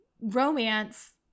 romance